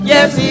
Yes